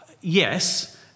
yes